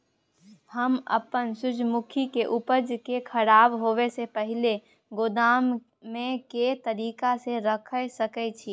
हम अपन सूर्यमुखी के उपज के खराब होयसे पहिले गोदाम में के तरीका से रयख सके छी?